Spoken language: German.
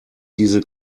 diese